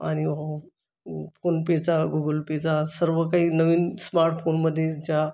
आणि फोन पेचा गुगल पेचा सर्व काही नवीन स्मार्टफोनमध्येच ज्या